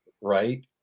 right